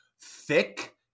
Thick